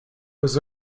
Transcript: was